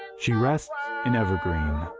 she rests in evergreen,